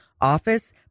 office